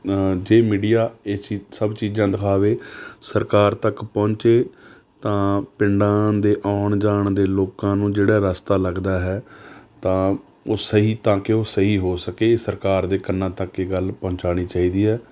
ਜੇ ਮੀਡੀਆ ਇਹ ਚੀ ਸਭ ਚੀਜਾਂ ਦਿਖਾਵੇ ਸਰਕਾਰ ਤੱਕ ਪਹੁੰਚੇ ਤਾਂ ਪਿੰਡਾਂ ਦੇ ਆਉਣ ਜਾਣ ਦੇ ਲੋਕਾਂ ਨੂੰ ਜਿਹੜਾ ਰਸਤਾ ਲੱਗਦਾ ਹੈ ਤਾਂ ਉਹ ਸਹੀ ਤਾਂ ਕਿ ਉਹ ਸਹੀ ਹੋ ਸਕੇ ਸਰਕਾਰ ਦੇ ਕੰਨਾਂ ਤੱਕ ਇਹ ਗੱਲ ਪਹੁੰਚਾਉਣੀ ਚਾਹੀਦੀ ਹੈ